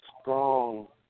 strong